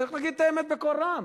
צריך להגיד את האמת בקול רם.